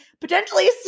potentially